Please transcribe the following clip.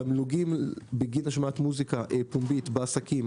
התמלוגים בגין השמעת מוזיקה פומבית בעסקים,